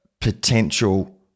potential